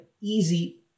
easy